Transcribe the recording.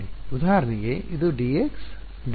ಉದಾಹರಣೆಗೆ ಇದು dx dy dz ಆಗಿರಬಹುದು